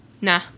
Nah